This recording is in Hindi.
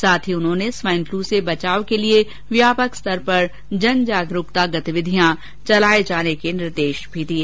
साथ ही उन्होंने स्वाइनफलू से बचाव के लिए व्यापक स्तर पर जन जागरूकता गतिविधियां चलाने के निर्देश दिए